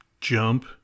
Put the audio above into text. jump